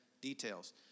details